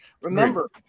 Remember